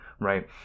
right